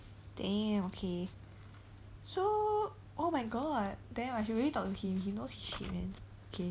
damn okay so oh my god damn I should really talk to him he knows his shit man okay